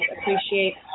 appreciate